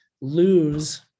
lose